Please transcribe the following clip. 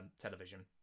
television